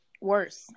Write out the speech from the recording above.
worse